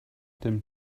dem